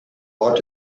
ort